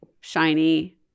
shiny